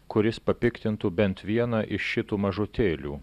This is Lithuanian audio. kuris papiktintų bent vieną iš šitų mažutėlių